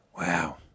wow